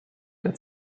der